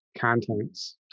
contents